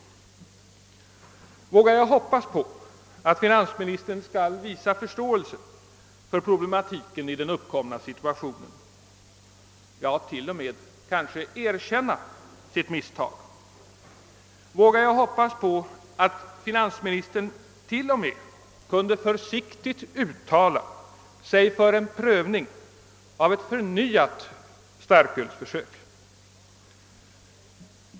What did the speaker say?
Vågar jag hoppas på att finansministern skall visa förståelse för problematiken i den uppkomna situationen — ja, till och med kanske erkänna sitt misstag? Vågar jag hoppas att finansministern rent av kunde försiktigt uttala sig för en prövning av ett förnyat starkölsförsök?